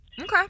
Okay